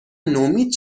نومید